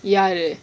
ya